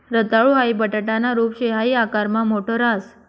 रताळू हाई बटाटाना रूप शे हाई आकारमा मोठ राहस